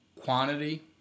quantity